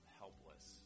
helpless